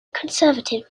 conservative